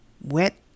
wet